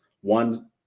one